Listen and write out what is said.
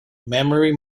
memory